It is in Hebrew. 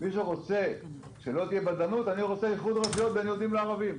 מי שרוצה שלא תהיה בדלנות אני רוצה איחוד רשויות בין יהודים לערבים.